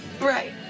Right